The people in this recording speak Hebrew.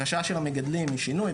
החשש של המגדלים משינוי,